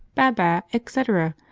baa-baa, etc,